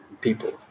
people